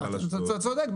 אתה צודק.